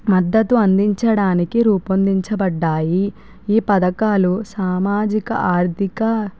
మద్దతు అందించడానికి రూపొందించబడ్డాయి ఈ పథకాలు సామాజిక ఆర్థిక